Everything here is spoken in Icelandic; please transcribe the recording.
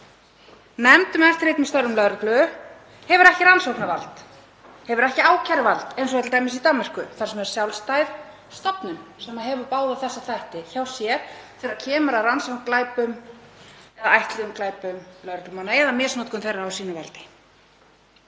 Nefnd um eftirlit með störfum lögreglu hefur ekki rannsóknarvald, hefur ekki ákæruvald eins og t.d. í Danmörku þar sem er sjálfstæð stofnun sem hefur báða þessa þætti hjá sér þegar kemur að rannsókn á ætluðum glæpum lögreglumanna eða misnotkun þeirra á valdi